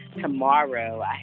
tomorrow